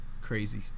crazy